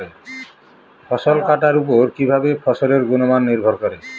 ফসল কাটার উপর কিভাবে ফসলের গুণমান নির্ভর করে?